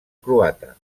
croata